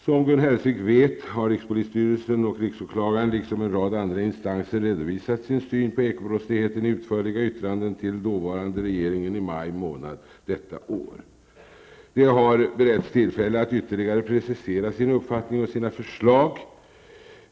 Som Gun Hellsvik vet har rikspolisstyrelsen och riksåklagaren redovisat sin syn på ekobrottsligheten i utförliga yttranden till den dåvarande regeringen i maj månad detta år. De har beretts tillfälle att ytterligare precisera sin uppfattning och sina förslag.